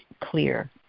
clear